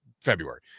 February